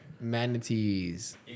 Manatees